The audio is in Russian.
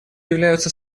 являются